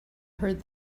heard